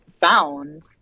found